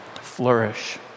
flourish